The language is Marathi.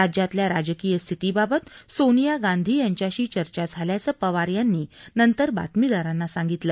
राज्यातल्या राजकीय स्थितीबाबत सोनिया गांधी यांच्याशी चर्चा झाल्याचं पवार यांनी नंतर बातमीदारांना सांगितलं